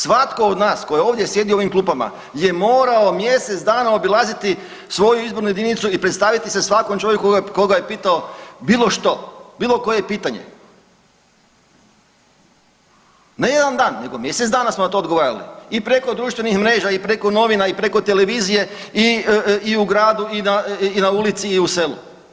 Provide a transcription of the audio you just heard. Svatko od nas tko je ovdje sjedio u ovim klupama je morao mjesec dana obilaziti svoju izbornu jedinicu i predstaviti se svakom čovjeku koga je pitao bilo što, bilo koje pitanje, ne jedan dan nego mjesec dana smo na to odgovarali i preko društvenih mreža, i preko novina, i preko televizije, i u gradu, i na ulici, i na selu.